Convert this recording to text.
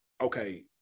okay